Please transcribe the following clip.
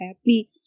happy